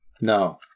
No